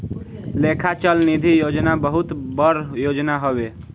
लेखा चल निधी योजना बहुत बड़ योजना हवे